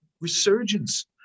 resurgence